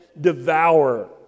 devour